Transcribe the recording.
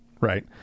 Right